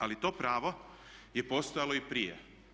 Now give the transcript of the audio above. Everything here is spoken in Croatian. Ali to pravo je postojalo i prije.